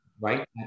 Right